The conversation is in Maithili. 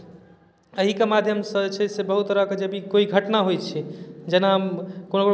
तऽ ओहि समय पास भए जाइ छै आ ओ बादमे होयबे नहि करैत छै काल्हि दोसर काज करबै